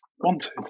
wanted